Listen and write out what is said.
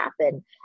happen